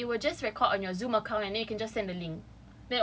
and it will just record on your Zoom account and then you can just send the link